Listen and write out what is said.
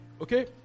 Okay